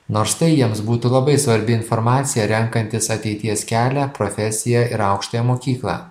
nors tai jiems būtų labai svarbi informacija renkantis ateities kelią profesiją ir aukštąją mokyklą